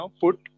put